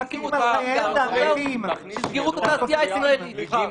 שיסגרו את התעשייה הישראלית.